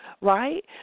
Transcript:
right